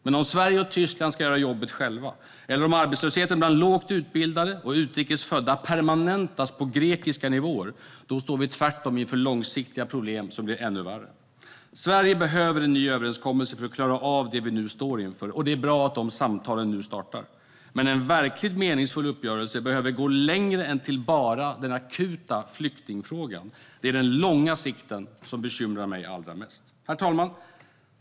Men om Sverige och Tyskland ska göra jobbet själva eller om arbetslösheten bland lågt utbildade och utrikes födda permanentas på grekiska nivåer står vi tvärtom inför långsiktiga problem som blir ännu värre. Sverige behöver en ny överenskommelse för att klara av det vi nu står inför. Det är bra att de samtalen nu startar. Men en verkligt meningsfull uppgörelse behöver gå längre än till bara den akuta flyktingfrågan. Det är den långa sikten som bekymrar mig allra mest. Herr talman!